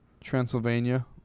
Transylvania